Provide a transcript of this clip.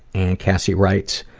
and cassie writes,